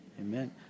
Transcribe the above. amen